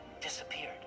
disappeared